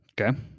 Okay